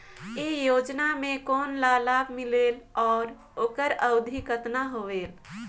ये योजना मे कोन ला लाभ मिलेल और ओकर अवधी कतना होएल